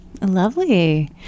Lovely